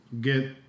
get